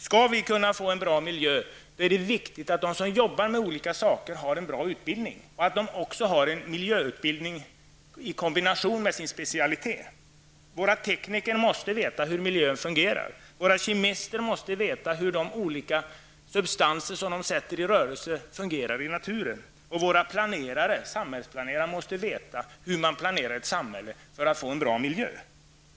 Skall vi få en bra miljö är det viktigt att de som arbetar med olika saker har en bra utbildning och att de även har en miljöutbildning i kombination med sin specialitet. Våra tekniker måste veta hur miljön fungerar. Våra kemister måste veta hur de olika substanserna de sätter i rörelse fungerar i naturen. Våra samhällsplanerare måste veta hur man planerar ett samhälle för att få en bra miljö.